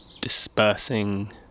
dispersing